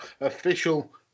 official